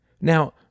Now